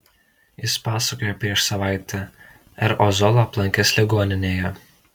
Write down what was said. jis pasakojo prieš savaitę r ozolą aplankęs ligoninėje